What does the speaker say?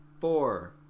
four